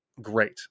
great